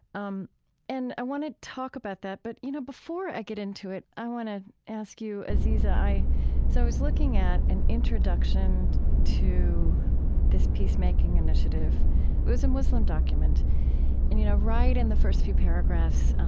um and i want to talk about that, but, you know, before i get into it, i want to ask you, aziza, i so was looking at an introduction to this peace-making initiative. it was a muslim document and you know right in the first few paragraphs,